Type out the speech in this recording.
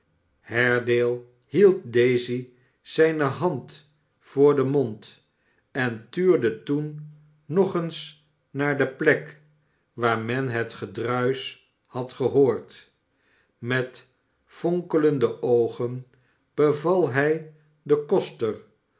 haredale hield daisy zijne hand voor den mond en tuurde toen nog eens naar de plek waar men het gedruisch had gehoord met fonkelende oogen beyal hij den koster